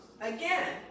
again